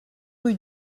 rue